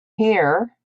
here